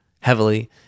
heavily